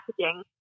packaging